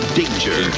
danger